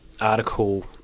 article